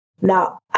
Now